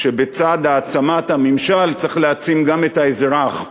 שבצד העצמת הממשל צריך להעצים גם את האזרח.